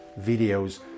videos